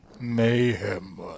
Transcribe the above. Mayhem